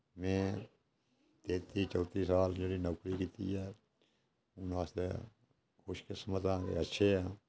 में तेत्ती चौत्ती साल जेह्ड़ी नौकरी कीती ऐ हून अस ते खुश किस्मत आं कि अच्छे आं